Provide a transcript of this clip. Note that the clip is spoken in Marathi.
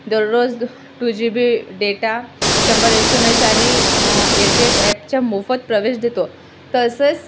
दररोज टू जी बी डेटा शंभर एस एम एस आणि एअरटेल ॲपच्या मोफत प्रवेश देतो तसंच